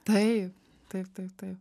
taip taip taip taip